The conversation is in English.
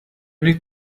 need